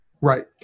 Right